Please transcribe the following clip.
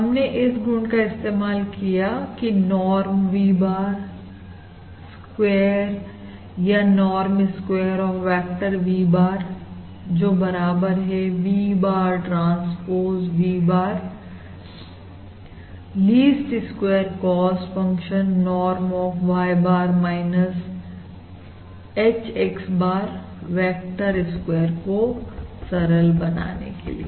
हमने इस गुण का इस्तेमाल किया की नॉर्म V bar स्क्वेयर या norm square of vector V barजो बराबर है V bar transpose V bar प least square cost function norm of Y bar HX bar vector square को सरल बनाने के लिए